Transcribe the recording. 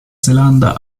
zelanda